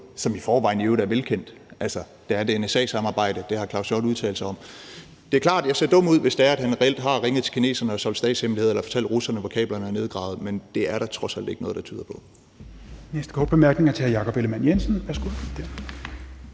som i forvejen i øvrigt er velkendt. Altså, der er et NSA-samarbejde. Det har Claus Hjort Frederiksen udtalt sig om. Det er klart, at jeg ser dum ud, hvis han reelt har ringet til kineserne og solgt statshemmeligheder eller fortalt russerne, hvor kablerne er nedgravet. Men det er der trods alt ikke noget der tyder på.